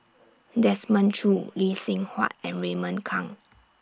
Desmond Choo Lee Seng Huat and Raymond Kang